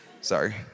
Sorry